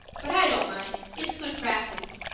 but i don't mind. it's good practice.